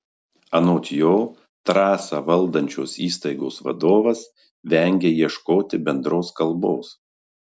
anot jo trasą valdančios įstaigos vadovas vengia ieškoti bendros kalbos